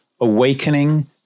awakening